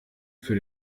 für